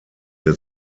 der